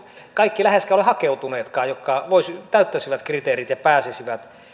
kaikki ole hakeutuneetkaan jotka täyttäisivät kriteerit ja pääsisivät